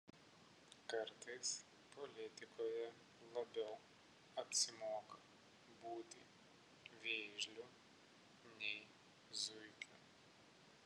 kartais politikoje labiau apsimoka būti vėžliu nei zuikiu